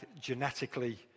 genetically